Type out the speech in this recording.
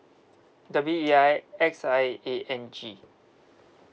W E I X I A N G